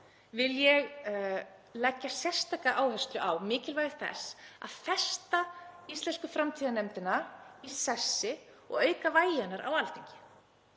vil ég leggja sérstaka áherslu á mikilvægi þess að festa íslensku framtíðarnefndina í sessi og auka vægi hennar á Alþingi.